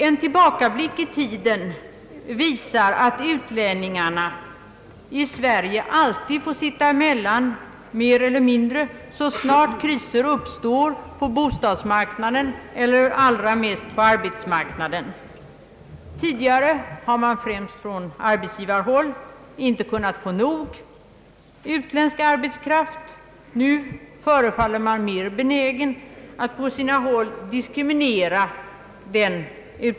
En tillbakablick i tiden visar att utlänningarna i Sverige alltid fått och får sitta mer eller mindre emellan så snart kriser uppstår på bostadsmarknaden eller allra mest på arbetsmarknaden. Tidigare har man främst från arbetsgivarhåll inte kunnat få nog utländsk arbetskraft. Nu förefaller man mer benägen att på sina håll diskriminera den.